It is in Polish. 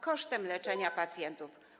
Kosztem leczenia pacjentów.